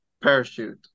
Parachute